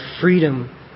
freedom